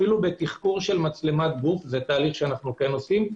אפילו בתחקור מצלמת גוף זה תהליך שאנו כן עושים.